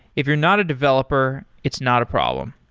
if you're not a developer, it's not a problem.